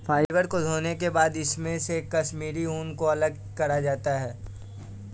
fibre को धोने के बाद इसमे से कश्मीरी ऊन को अलग करा जाता है